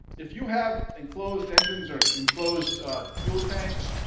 if you have enclosed engines or enclosed fuel tanks,